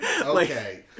okay